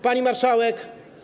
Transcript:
Pani Marszałek!